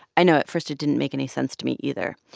i know, at first, it didn't make any sense to me, either.